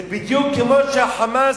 זה בדיוק כמו שה"חמאס"